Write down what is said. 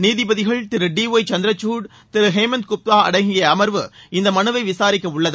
நீதிபதிகள் திரு D Y Chandrachud திரு ஹேமந்த் குப்தா அடங்கிய அமர்வு இந்த மனுவை விசாரிக்க உள்ளது